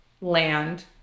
land